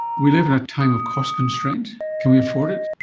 we live in a time of cost constraint. can we afford it?